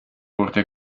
wurde